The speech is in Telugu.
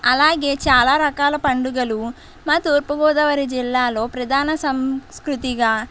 అలాగే చాలా రకాల పండుగలు మా తూర్పు గోదావరి జిల్లాలో ప్రధాన సంస్కృతిగా